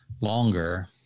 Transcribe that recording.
longer